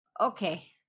Okay